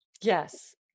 Yes